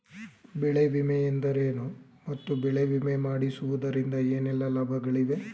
ಬೆಳೆ ವಿಮೆ ಎಂದರೇನು ಮತ್ತು ಬೆಳೆ ವಿಮೆ ಮಾಡಿಸುವುದರಿಂದ ಏನೆಲ್ಲಾ ಲಾಭಗಳಿವೆ?